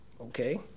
Okay